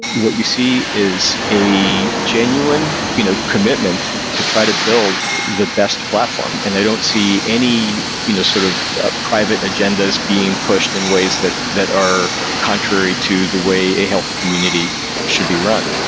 what you see is a genuine you know commitment to try to build the best platform, and i don't see any you know sort of private agendas being pushed in ways that that are contrary to the way a health community should be run.